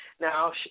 Now